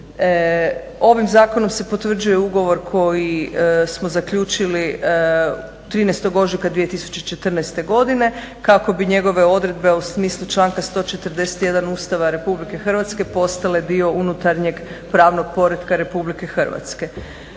Ovim zakonom se potvrđuje ugovor koji smo zaključili 13.ožujka 2014.godine kako bi njegove odredbe u smislu članka 141. Ustava RH postale dio unutarnjeg pravnog poretka RH. Ugovorom se